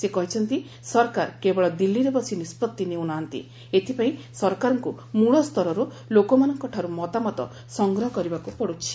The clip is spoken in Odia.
ସେ କହିଛନ୍ତି ସରକାର କେବଳ ଦିଲ୍ଲୀରେ ବସି ନିଷ୍ପଭି ନେଉ ନାହାନ୍ତି ଏଥିପାଇଁ ସରକାରଙ୍କୁ ମୂଳସ୍ତରରୁ ଲୋକମାନଙ୍କଠାରୁ ମତାମତ ସଂଗ୍ରହ କରିବାକୁ ପଡ଼ିଛି